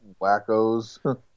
wackos